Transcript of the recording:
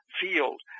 field